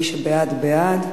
מי שבעד, בעד,